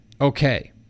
okay